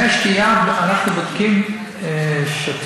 מי השתייה, אנחנו בודקים שוטף.